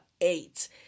eight